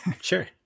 Sure